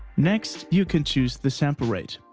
next you can choose the sample rate.